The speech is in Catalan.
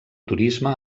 turisme